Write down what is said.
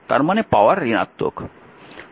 তার মানে পাওয়ার ঋণাত্মক